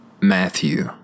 Matthew